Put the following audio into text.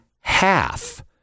half